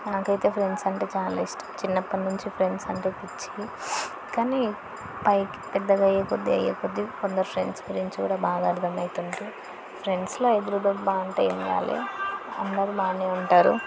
నాకైతే ఫ్రెండ్స్ అంటే చాలా ఇష్టం చిన్నప్పటి నుంచి ఫ్రెండ్స్ అంటే పిచ్చి కానీ పైకి పెద్దగా అయ్యే కొద్ది అయ్యే కొద్ది కొందరు ఫ్రెండ్స్ గురించి కూడా బాగా అర్థం అవుతుంది ఫ్రెండ్స్లో ఎదురుదెబ్బ ఏం కాలేదు అందరు బాగా ఉంటారు